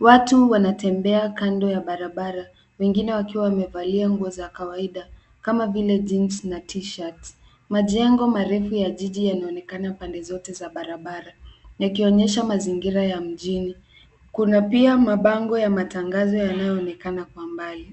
Watu wanatembea kando ya barabara, wengine wakiwa wamevalia nguo za kawaida kama vile jeans na t-shirt . Majengo marefu ya jiji yanaonekana pande zote za barabara yakionyesha mazingira ya mjini. Kuna pia mabango ya matangazo yanayoonekana kwa mbali.